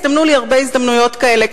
הזדמנו לי הרבה הזדמנויות כאלה,